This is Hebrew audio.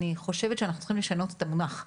אני חושבת שאנחנו צריכים לשנות את המונח.